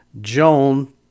Joan